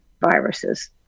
viruses